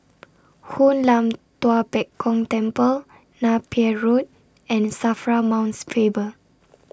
Hoon Lam Tua Pek Kong Temple Napier Road and SAFRA Mount Faber